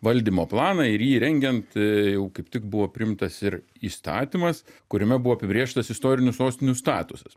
valdymo planą ir jį rengiant jau kaip tik buvo priimtas ir įstatymas kuriame buvo apibrėžtas istorinių sostinių statusas